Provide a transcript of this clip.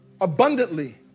abundantly